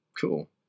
Cool